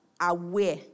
aware